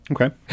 Okay